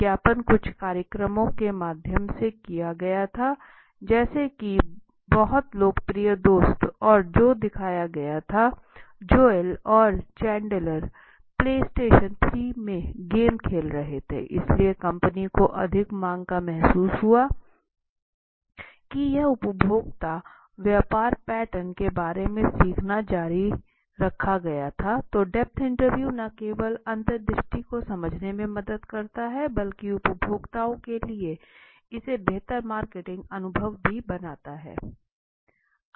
विज्ञापन कुछ कार्यक्रमों के माध्यम से किया गया था जैसे कि बहुत लोकप्रिय दोस्त और जो दिखाया गया था जोएल और चांडलर प्ले स्टेशन 3 में गेम खेल रहे थे इसलिए कंपनी को अधिक मांग का एहसास हुआ कि यह उपभोक्ता व्यवहार पैटर्न के बारे में सीखना जारी रखा गया था तो डेप्थ इंटरव्यू न केवल अंतर्दृष्टि को समझने में मदद करता है बल्कि उपभोक्ताओं के लिए इसे बेहतर मार्केटिंग अनुभव भी बनाता है